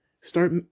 Start